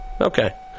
okay